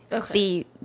See